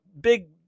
big